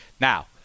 Now